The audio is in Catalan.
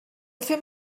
fem